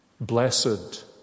blessed